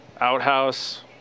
outhouse